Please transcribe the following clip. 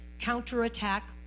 counterattack